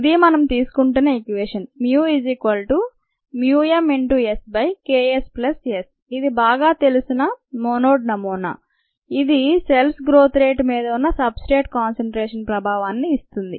ఇది మనం తీసుకుంటున్న ఈక్వేషన్ μmSKSS ఇది బాగా తెలిసిన మోనోడ్ నమూనా ఇది ఇదీ సెల్స్ గ్రోత్ రేట్ మీద ఉన్న సబ్స్ట్రేట్ కాన్సన్ట్రేషన్ ప్రభావాన్ని ఇస్తుంది